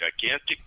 gigantic